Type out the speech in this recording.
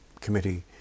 committee